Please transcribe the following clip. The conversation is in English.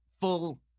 full